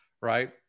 right